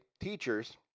teachers